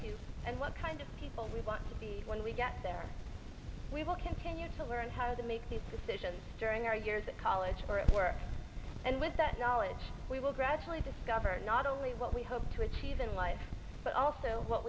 to and what kind of people we want to be when we get there we will continue to learn how to make these decisions during our years at college or at work and with that knowledge we will gradually the governor not only what we hope to achieve in life but also what